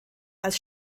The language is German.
als